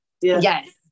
yes